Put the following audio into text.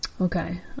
okay